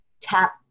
tap